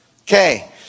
Okay